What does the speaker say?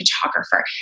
photographer